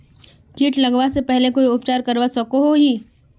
किट लगवा से पहले कोई उपचार करवा सकोहो ही?